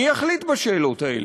מי יחליט בשאלות האלה?